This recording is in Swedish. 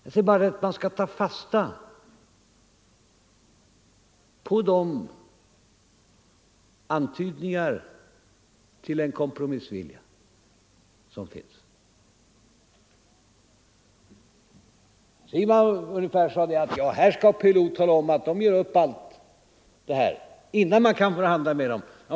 Jag säger bara att man skall ta fasta på de antydningar till en kompromissvilja som finns. Herr Siegbahn sade att PLO skall tala om att de ger upp allt innan man kan börja förhandla med dem.